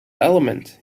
element